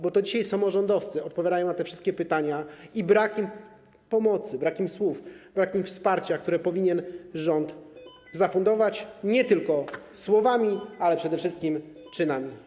Bo to dzisiaj samorządowcy odpowiadają na te wszystkie pytania i brak im pomocy, brak im słów, brak im wsparcia, które rząd powinien zafundować nie tylko słowami, ale przede wszystkim czynami.